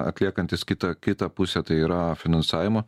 atliekantis kitą kitą pusę tai yra finansavimo